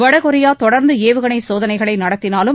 வடகொரியா தொடர்ந்து ஏவுகணை சோதனைகளை நடத்தினாலும்